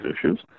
issues